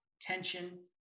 tension